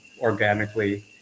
organically